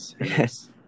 Yes